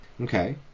Okay